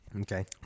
Okay